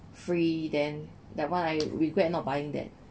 free then that one I regret not buying that